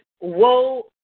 Woe